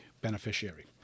beneficiary